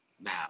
Now